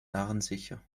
narrensicher